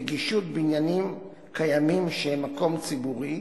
נגישות בניינים קיימים שהם מקום ציבורי,